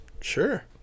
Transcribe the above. Sure